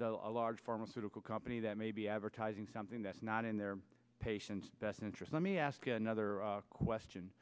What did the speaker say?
a large pharmaceutical company that may be advertising something that's not in their patients best interest let me ask another question